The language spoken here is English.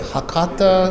Hakata